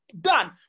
done